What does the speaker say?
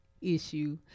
issue